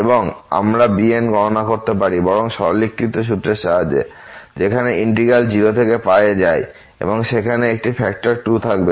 এবং আমরা bn গণনা করতে পারি বরং সরলীকৃত সূত্রের সাহায্যে যেখানে ইন্টিগ্র্যাল 0 থেকে এ যায় এবং সেখানে একটি ফ্যাক্টর 2 থাকে